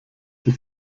die